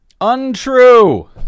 untrue